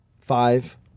five